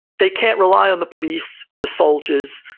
they can't rely on the police, the soldiers,